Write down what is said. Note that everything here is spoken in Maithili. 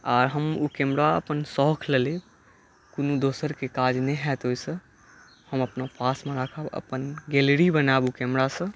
आर हम ओ कैमरा अपन शौख लए लेब कोनो दोसरके काज नहि होयत ओहिसँ हम अपना पासमे राखब अपन गैलरी बनायब ओहि कैमरा सँ